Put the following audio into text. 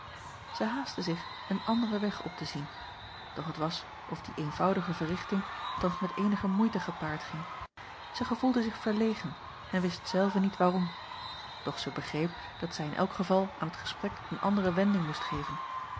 zij haastte zich een anderen weg op te zien doch t was of die eenvoudige verrichting thans met eenige moeite gepaard ging zij gevoelde zich verlegen en wist zelve niet waarom doch zij begreep dat zij in elk geval aan het gesprek een andere wending moest geven